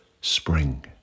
spring